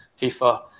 FIFA